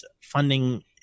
funding